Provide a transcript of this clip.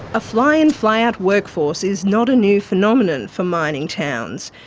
a fly-in, fly-out workforce is not a new phenomenon for mining towns.